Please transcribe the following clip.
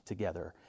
together